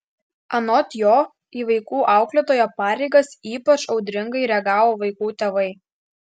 anot jo į vaikų auklėtojo pareigas ypač audringai reagavo vaikų tėvai